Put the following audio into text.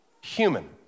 human